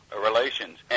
Relations